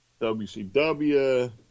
WCW